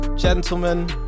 gentlemen